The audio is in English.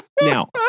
Now